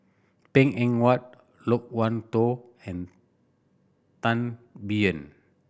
Png Eng Huat Loke Wan Tho and Tan Biyun